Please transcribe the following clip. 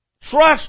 Trust